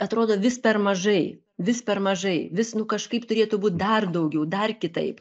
atrodo vis per mažai vis per mažai vis nu kažkaip turėtų būt dar daugiau dar kitaip